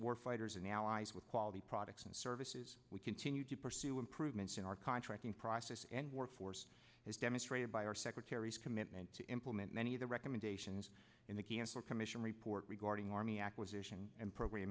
war fighters and allies with quality products and services we continue to pursue improvements in our contracting process and workforce as demonstrated by our secretary's commitment to implement many of the recommendations in the cancel commission report regarding army acquisition and pro